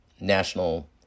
national